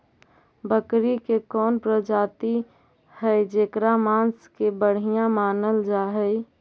बकरी के कौन प्रजाति हई जेकर मांस के बढ़िया मानल जा हई?